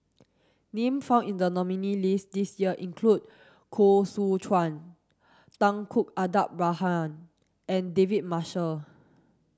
name found in the nominees' list this year include Koh Seow Chuan Tunku Abdul Rahman and David Marshall